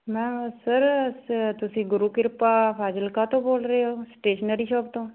ਮੈਂ ਸਰ ਸ ਤੁਸੀਂ ਗੁਰੂ ਕਿਰਪਾ ਫਾਜ਼ਿਲਕਾ ਤੋਂ ਬੋਲ ਰਹੇ ਹੋ ਸਟੇਸ਼ਨਰੀ ਸ਼ੋਪ ਤੋਂ